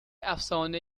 افسانه